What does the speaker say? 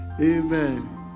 Amen